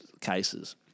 cases